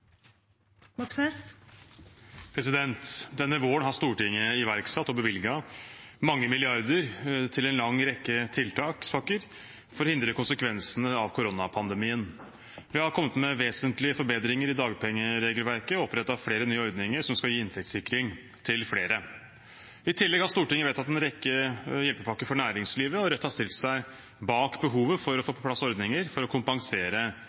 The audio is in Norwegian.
lang rekke tiltakspakker for å hindre konsekvensene av koronapandemien. Vi har kommet med vesentlige forbedringer i dagpengeregelverket og opprettet flere nye ordninger som skal gi inntektssikring til flere. I tillegg har Stortinget vedtatt en rekke hjelpepakker for næringslivet, og Rødt har stilt seg bak behovet for å få på plass ordninger for å kompensere